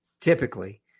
typically